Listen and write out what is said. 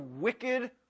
wicked